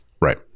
Right